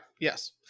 yes